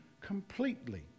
completely